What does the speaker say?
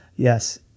yes